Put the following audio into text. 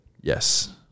yes